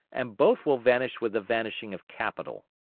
and both will vanish with the vanishing of capital.